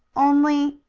only,